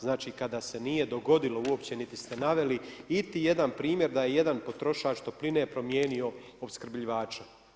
Znači kada se nije dogodilo uopće niti ste naveli niti jedan primjer da je jedan potrošač topline promijenio opskrbljivača.